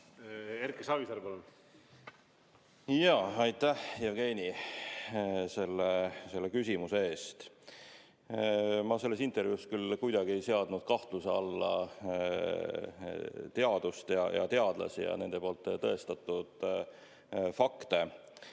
Erki Savisaar, palun! Aitäh, Jevgeni, selle küsimuse eest! Ma selles intervjuus küll kuidagi ei seadnud kahtluse alla teadust ja teadlasi ja nende poolt tõestatud fakte.